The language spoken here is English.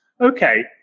Okay